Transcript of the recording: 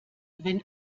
wenn